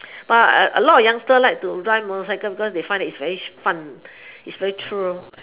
but a lot of youngsters like to drive motorcycle because they find that is very fun is very true